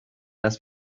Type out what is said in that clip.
dass